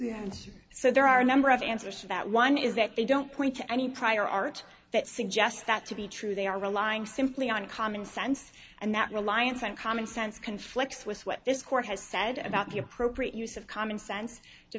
and so there are a number of answers to that one is that they don't point to any prior art that suggests that to be true they are relying simply on common sense and that reliance on common sense conflicts with what this court has said about the appropriate use of common sense to